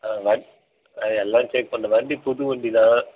ஆ வண் ஆ எல்லாம் செக் பண்ணிடேன் வண்டி புது வண்டி தான்